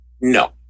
No